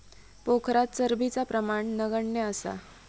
पोखरात चरबीचा प्रमाण नगण्य असा